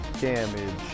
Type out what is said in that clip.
Damage